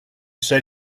said